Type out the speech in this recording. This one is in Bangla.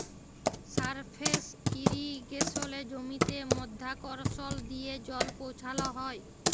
সারফেস ইরিগেসলে জমিতে মধ্যাকরসল দিয়ে জল পৌঁছাল হ্যয়